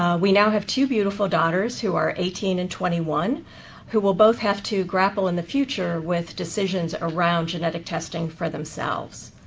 we now have two beautiful daughters who are eighteen and twenty one who will both have to grapple in the future with decisions around genetic testing for themselves.